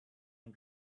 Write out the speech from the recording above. and